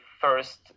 first